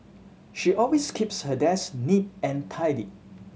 she always keeps her desk neat and tidy